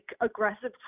aggressive